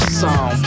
song